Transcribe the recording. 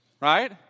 Right